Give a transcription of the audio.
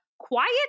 quiet